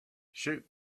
shoot